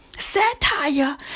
Satire